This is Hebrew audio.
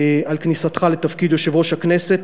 על כניסתך לתפקיד יושב-ראש הכנסת.